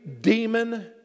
demon